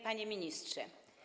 Panie Ministrze!